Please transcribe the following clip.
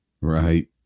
right